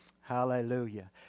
Hallelujah